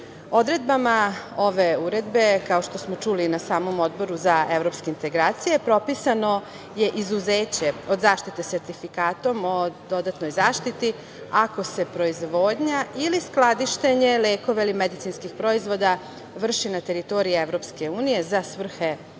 EU.Odredbama ove Uredbe, kao što smo čuli na samom Odboru za evropske integracije, propisano je izuzeće od zaštite Sertifikatom o dodatnoj zaštiti ako se proizvodnja ili skladištenje lekova ili medicinskih proizvoda vrši na teritoriji EU za svrhe izvoza.U